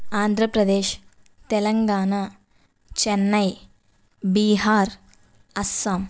Andhra Pradesh Telangana Chennai Bihar Assam